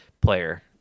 player